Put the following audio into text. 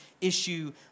issue